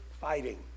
fighting